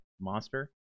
monster